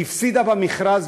הפסידה במכרז,